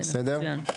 בסדר, מצוין.